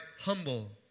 humble